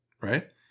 right